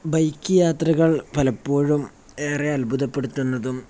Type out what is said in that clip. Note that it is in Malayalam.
ബൈക്ക് യാത്രകൾ പലപ്പോഴും ഏറെ അത്ഭുതപ്പെടുത്തുന്നതും